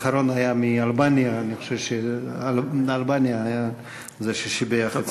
האחרון היה מאלבניה, זה ששיבח.